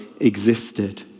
existed